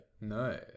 No